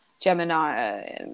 Gemini